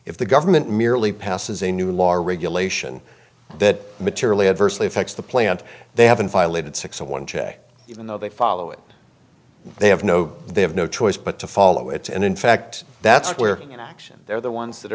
if the government merely passes a new law regulation that materially adversely affects the plant they haven't violated six a one check even though they follow it they have no they have no choice but to follow it and in fact that's where you know action they're the ones that